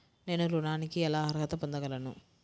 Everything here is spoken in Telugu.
నేను ఋణానికి ఎలా అర్హత పొందగలను?